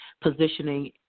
positioning